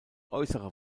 äußere